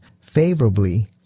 favorably